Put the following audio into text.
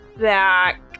back